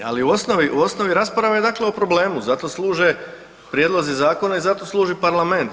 Ali u osnovi rasprave dakle o problemu, zato služe prijedlozi zakona i zato služi parlament.